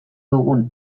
dugun